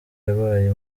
yabaye